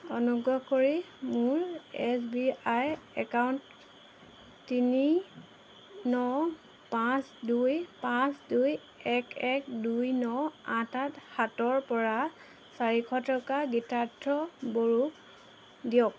অনুগ্ৰহ কৰি মোৰ এছ বি আই একাউণ্ট তিনি ন পাঁচ দুই পাঁচ দুই এক এক দুই ন আঠ আঠ সাতৰপৰা চাৰিশ টকা গীতাৰ্থ বড়োক দিয়ক